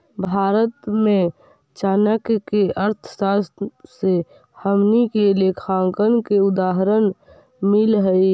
भारत में चाणक्य के अर्थशास्त्र से हमनी के लेखांकन के उदाहरण मिल हइ